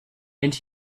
and